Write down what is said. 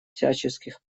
всяческих